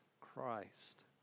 Christ